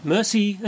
Mercy